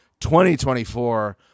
2024